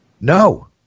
No